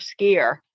skier